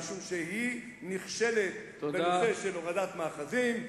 משום שהיא נכשלת בנושא של הורדת מאחזים,